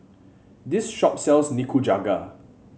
this shop sells Nikujaga